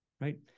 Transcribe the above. Right